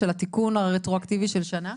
של התיקון הרטרואקטיבי של שנה?